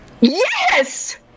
Yes